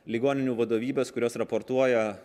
ligoninių vadovybės kurios raportuoja